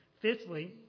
Fifthly